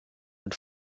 mit